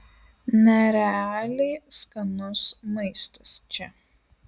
nerealiai skanus maistas čia